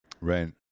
Right